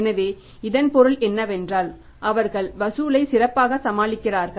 எனவே இதன் பொருள் என்னவென்றால் அவர்கள் வசூலை சிறப்பாக சமாளிக்கிறார்கள்